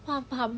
!wah! rabak